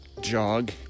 jog